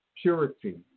purity